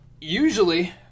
Usually